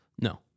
No